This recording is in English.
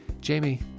Jamie